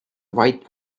white